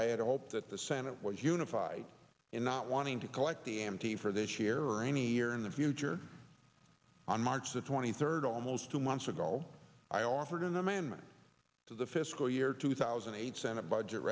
i had hoped that the senate was unified in not wanting to collect the empty for this year or any year in the future on march the twenty third almost two months ago i offered an amendment to the fiscal year two thousand and eight senate budget